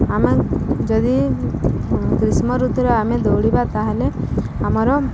ଆମେ ଯଦି ଗ୍ରୀଷ୍ମ ଋତୁରେ ଆମେ ଦୌଡ଼ିବା ତା'ହେଲେ ଆମର